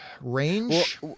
Range